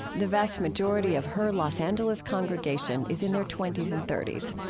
the vast majority of her los angeles congregation is in their twenty s and thirty s.